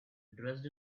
dressed